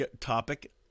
topic